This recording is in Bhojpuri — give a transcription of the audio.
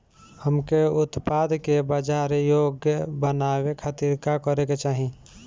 हमके उत्पाद के बाजार योग्य बनावे खातिर का करे के चाहीं?